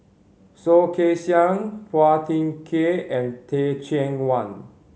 Soh Kay Siang Phua Thin Kiay and Teh Cheang Wan